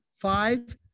five